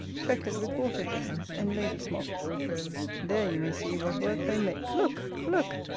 chequered with water-lilies and lady-smocks there you may see what work they make look! look!